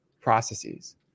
processes